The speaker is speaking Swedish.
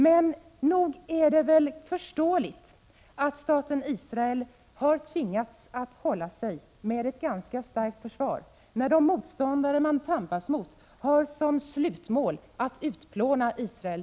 Men nog är det förståeligt att staten Israel har tvingats att hålla sig med ett ganska starkt försvar när de motståndare som Israel ”tampas” med har som slutmål att utplåna Israel.